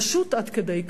פשוט עד כדי כך.